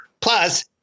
Plus